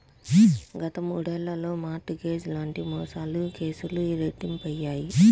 గత మూడేళ్లలో mortgage లాంటి మోసాల కేసులు రెట్టింపయ్యాయి